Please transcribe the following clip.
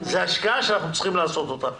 זו השקעה שאנחנו צריכים לעשות אותה.